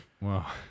Wow